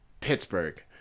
pittsburgh